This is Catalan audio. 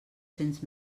cents